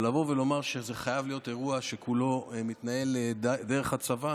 אבל לבוא ולומר שזה חייב להיות אירוע שכולו מתנהל דרך הצבא,